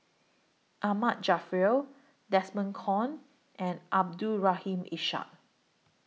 Ahmad Jaafar Desmond Kon and Abdul Rahim Ishak